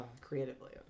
creatively